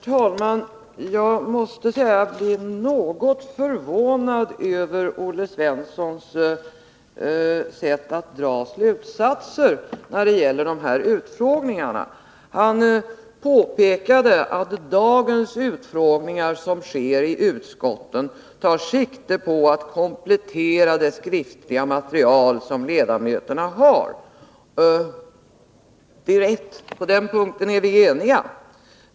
Herr talman! Jag måste säga att jag blir något förvånad över Olle Svenssons sätt att dra slutsatser när det gäller utskottsutfrågningarna. Han påpekade att dagens utfrågningar som sker i utskotten tar sikte på att komplettera det skriftliga material som ledamöterna har. Det är rätt. På den punkten är vi eniga.